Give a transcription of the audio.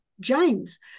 James